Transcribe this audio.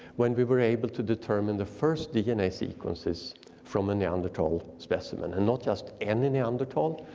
when we were able to determine the first dna sequences from a neanderthal specimen, and not just any neanderthal,